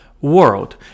world